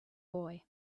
boy